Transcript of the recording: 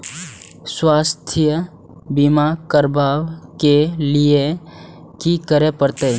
स्वास्थ्य बीमा करबाब के लीये की करै परतै?